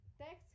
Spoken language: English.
text